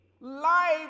life